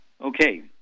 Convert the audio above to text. okay